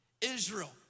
Israel